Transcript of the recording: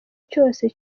cyose